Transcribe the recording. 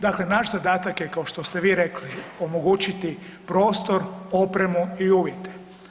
Dakle, naš zadatak je kao što ste vi rekli omogućiti prostor, opremu i uvjete.